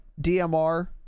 DMR